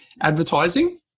advertising